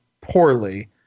poorly